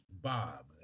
Bob